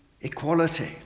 equality